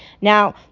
Now